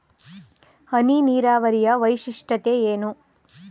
ಹನಿ ನೀರಾವರಿಯ ವೈಶಿಷ್ಟ್ಯತೆ ಏನು?